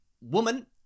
woman